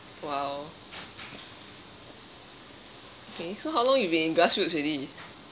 !wow! okay so how long you've been in grassroots already